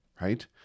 Right